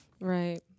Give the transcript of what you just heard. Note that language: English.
Right